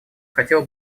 хотела